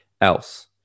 else